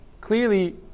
clearly